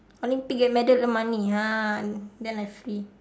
olympic get medal earn money ah then I free